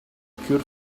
cure